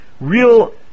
real